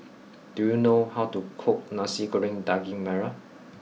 do you know how to cook Nasi Goreng Daging Merah